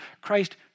Christ